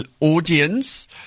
audience